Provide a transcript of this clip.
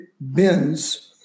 bends